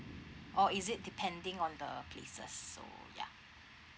or is it depending on the places so ya